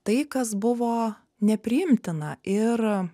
tai kas buvo nepriimtina ir